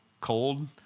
Cold